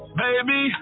baby